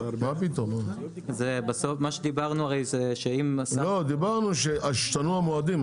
מה שדיברנו זה הרי שאם השר --- דיברנו שישתנו המועדים,